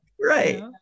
right